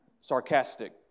sarcastic